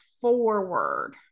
forward